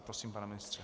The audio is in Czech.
Prosím, pane ministře.